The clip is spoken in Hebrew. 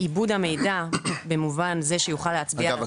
עיבוד המידע במובן זה שיוכל להצביע --- אגב,